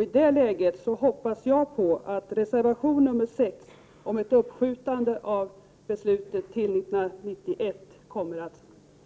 I det läget hoppas jag på att ett bifall till reservation nr 6 , om ett uppskjutande av beslutet till 1991, kommer